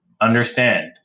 Understand